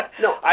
no